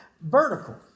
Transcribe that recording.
vertical